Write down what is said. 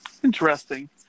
Interesting